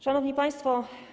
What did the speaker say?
Szanowni Państwo!